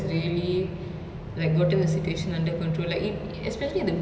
quite alarmed like that many you know like um